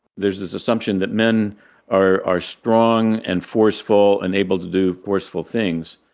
there's this assumption that men are are strong and forceful and able to do forceful things.